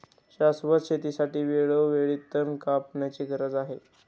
शाश्वत शेतीसाठी वेळोवेळी तण कापण्याची गरज आहे